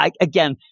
again –